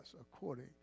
according